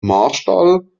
marstall